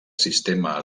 sistema